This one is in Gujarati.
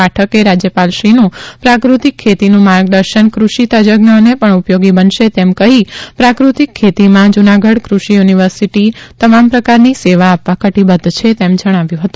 પાઠકે રાજ્યપાલશ્રીનુ પ્રાકૃતિક ખેતીનુ માર્ગદર્શન કૃષિ તજજ્ઞોને પણ ઉપયોગી બનશે તેમ કહી પ્રાકૃતિક ખેતીમાં જુનાગઢ કૃષિ યુનિવર્સિટી તમામ પ્રકારની સેવા આપવા કટીબદ્વ છે તેમ જણાવ્યુ હતુ